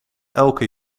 elke